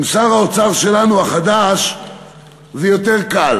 עם שר האוצר שלנו החדש זה יותר קל.